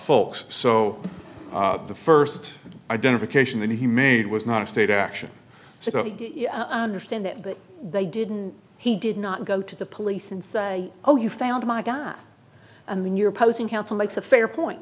folks so the first identification that he made was not state action on the stand that but they didn't he did not go to the police and say oh you found my gun i'm in your posting council makes a fair point